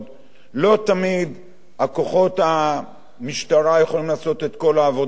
לא תמיד כוחות המשטרה יכולים לעשות את כל העבודה לבד.